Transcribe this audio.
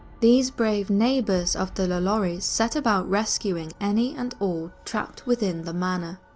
these brave neighbours of the lalauries set about rescuing any and all trapped within the manor.